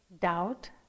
doubt